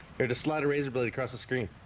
there's a slot a razor blade across the screen